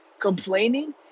Complaining